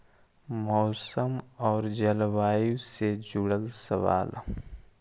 मौसम और जलवायु से जुड़ल सवाल?